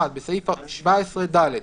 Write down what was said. (1)בסעיף 17ד,